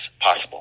possible